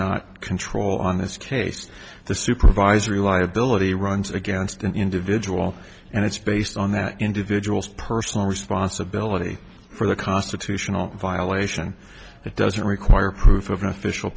not control on this case the supervisory liability runs against an individual and it's based on that individual's personal responsibility for the constitutional violation that doesn't require proof of an official